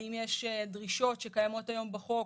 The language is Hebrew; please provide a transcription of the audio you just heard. האם יש דרישות שקיימות היום בחוק